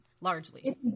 largely